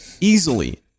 Easily